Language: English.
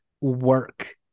work